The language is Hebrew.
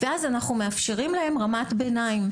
ואז אנחנו מאפשרים להם רמת ביניים,